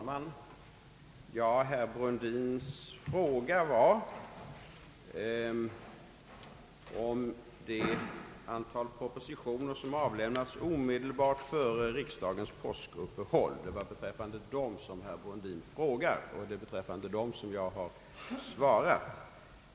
Herr talman! Herr Brundins fråga gällde det antal propositioner som avlämnats omedelbart före riksdagens påskuppehåll och det är beträffande detta jag har svarat.